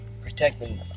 protecting